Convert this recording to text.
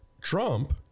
Trump